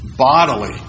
bodily